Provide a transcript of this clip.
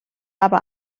aber